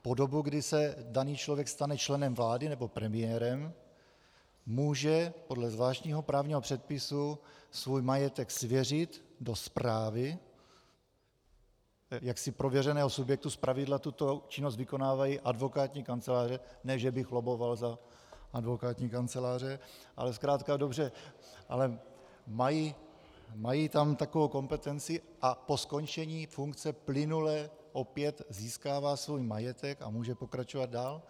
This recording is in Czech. Po dobu, kdy se daný člověk stane členem vlády nebo premiérem, může podle zvláštního právního předpisu svůj majetek svěřit do správy prověřeného subjektu, zpravidla tuto činnost vykonávají advokátní kanceláře, ne že bych lobboval za advokátní kanceláře, ale zkrátka a dobře mají tam takovou kompetenci, a po skončení funkce plynule opět získává svůj majetek a může pokračovat dál.